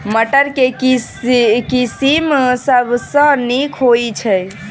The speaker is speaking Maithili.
मटर केँ के किसिम सबसँ नीक होइ छै?